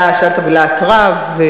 אתה שאלת בלהט רב,